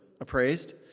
appraised